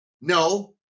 No